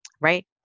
right